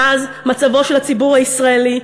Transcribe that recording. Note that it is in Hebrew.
מאז מצבו של הציבור הישראלי,